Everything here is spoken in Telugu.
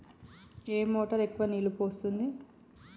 ఏ మోటార్ ఎక్కువ నీళ్లు పోస్తుంది?